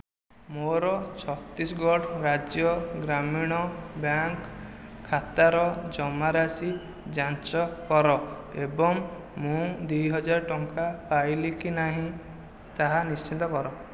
ମୋର ଛତିଶଗଡ଼ ରାଜ୍ୟ ଗ୍ରାମୀଣ ବ୍ୟାଙ୍କ୍ ଖାତାର ଜମାରାଶି ଯାଞ୍ଚ କର ଏବଂ ମୁଁ ଦୁଇହଜାର ଟଙ୍କା ପାଇଲି କି ନାହିଁ ତାହା ନିଶ୍ଚିତ କର